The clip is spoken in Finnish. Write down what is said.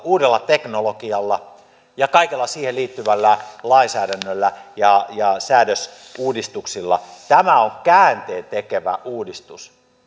uudella teknologialla ja kaikella siihen liittyvällä lainsäädännöllä ja ja säädösuudistuksilla tämä on käänteentekevä uudistus